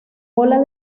bola